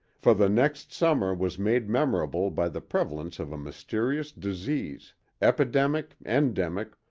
for the next summer was made memorable by the prevalence of a mysterious disease epidemic, endemic,